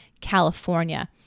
California